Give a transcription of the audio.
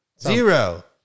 Zero